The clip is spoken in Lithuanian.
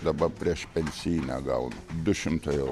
dabar priešpensijinę gaunu du šimtai eu